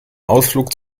ausflug